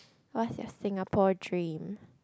what's your Singapore dream